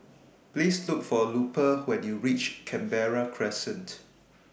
Please Look For Lupe when YOU REACH Canberra Crescent